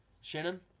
Shannon